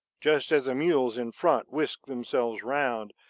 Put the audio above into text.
just as the mules in front whisked themselves round,